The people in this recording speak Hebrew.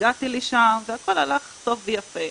הגעתי לשם והכול הלך טוב ויפה.